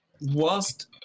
Whilst